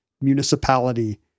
municipality